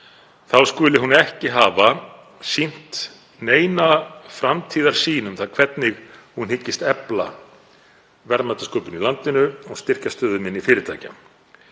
skuli hún ekki hafa sýnt neina framtíðarsýn um það hvernig hún hyggst efla verðmætasköpun í landinu og styrkja stöðu minni fyrirtækja.